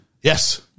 Yes